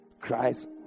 Christ